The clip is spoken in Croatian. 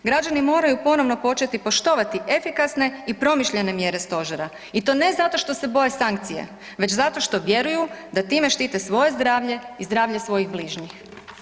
Građani moraju ponovno početi poštovati efikasne i promišljene mjere stožera i to ne zato što se boje sankcija već zato što vjeruju da time štite svoje zdravlje i zdravlje svojih bližnjih.